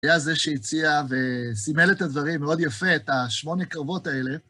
היה זה שהציע וסימל את הדברים מאוד יפה, את השמונה קרבות האלה.